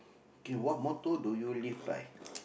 okay what motto do you live by